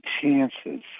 chances